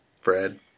Fred